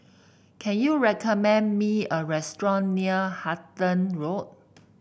can you recommend me a restaurant near Halton Road